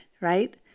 right